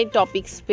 topics